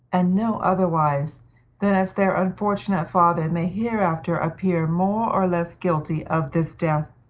and no otherwise than as their unfortunate father may hereafter appear more or less guilty of this death.